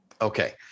Okay